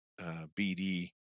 BD